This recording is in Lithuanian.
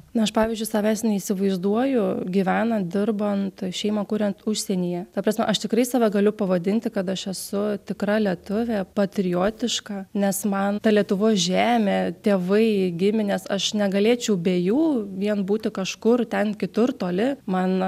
na aš pavyzdžiui savęs neįsivaizduoju gyvenant dirbant šeimą kuriant užsienyje ta prasme aš tikrai save galiu pavadinti kad aš esu tikra lietuvė patriotiška nes man ta lietuvos žemė tėvai giminės aš negalėčiau be jų vien būti kažkur ten kitur toli man